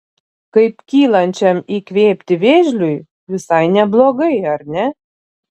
kaip kylančiam įkvėpti vėžliui visai neblogai ar ne